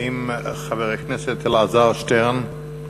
חבר הכנסת אלעזר שטרן,